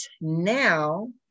now